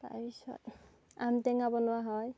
তাৰপিছত আম টেঙা বনোৱা হয়